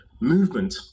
movement